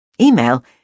Email